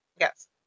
yes